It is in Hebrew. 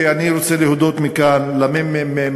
ואני רוצה להודות מכאן לממ"מ,